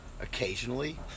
occasionally